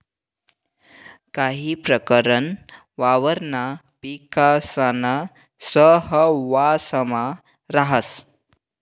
काही प्रकरण वावरणा पिकासाना सहवांसमा राहस